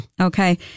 okay